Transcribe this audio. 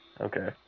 Okay